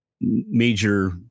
major